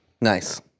Nice